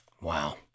Wow